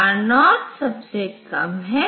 R0 सबसे कम है